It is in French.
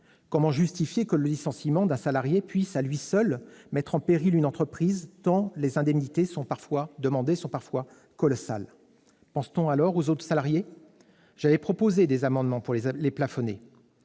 Comment justifier que le licenciement d'un salarié puisse, à lui seul, mettre en péril une entreprise, tant les indemnités demandées sont parfois colossales ? Pense-t-on aux autres salariés ? J'avais déposé des amendements visant à plafonner